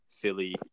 Philly